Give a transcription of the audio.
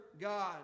God